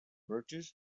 birches